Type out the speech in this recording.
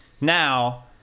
Now